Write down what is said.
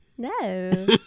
No